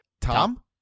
Tom